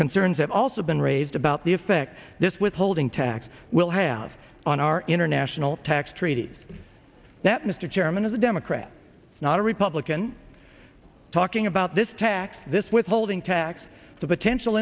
concerns have also been raised about the effect this withholding tax will have on our international tax treaties that mr chairman is a democrat not a republican talking about this tax this withholding tax the potential